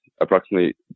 approximately